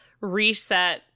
reset